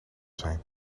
zijn